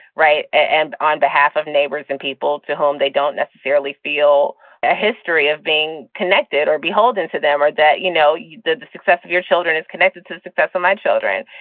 right. and on behalf of neighbors and people to whom they don't necessarily feel a history of being connected or beholden to them, or that, you know, the the success of your children is connected to the success of my children.